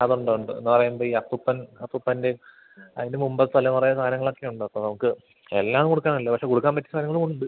അത് ഉണ്ട് ഉണ്ട് എന്നു പറയുമ്പം ഈ അപ്പൂപ്പൻ അപ്പൂപ്പൻ്റെ അതിനെ മുമ്പ് തലമുറ സാധനങ്ങളൊക്കെയുണ്ട് അപ്പം നമുക്ക് എല്ലാം കൊടുക്കാനല്ല പക്ഷെ കൊടുക്കാൻ പറ്റിയ സാധനങ്ങളും ഉണ്ട്